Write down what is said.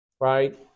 Right